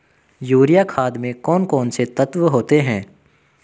Urea खाद में कौन कौन से तत्व होते हैं?